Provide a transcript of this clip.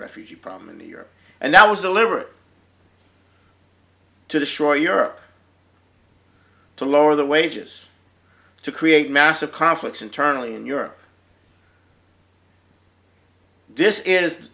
refugee problem in iraq and that was deliberate to destroy europe to lower the wages to create massive conflicts internally in europe this is